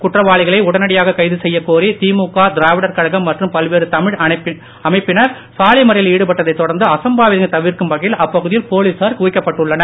குற்றவாளிகளை உடனடியாக கைது செய்யக் கோரி திமுக திராவிடர் கழகம் மற்றும் பல்வேறு தமிழ் அமைப்பினர் சாலை மறியலில் ஈடுபட்டதைத் தொடர்ந்து அசம்பாவிதங்களை தவிர்க்கும் வகையில் அப்பகுதியில் போலீசார் குவிக்கப்பட்டுள்ளனர்